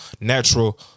Natural